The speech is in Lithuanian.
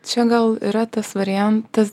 čia gal yra tas variantas